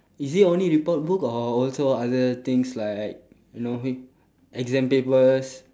is it only report book or also other things like you know exam papers